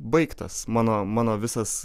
baigtas mano mano visas